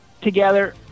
together